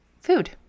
food